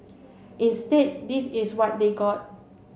instead this is what they got